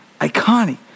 Iconic